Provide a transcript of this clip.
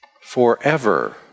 Forever